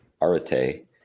arate